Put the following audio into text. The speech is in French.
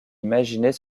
imaginer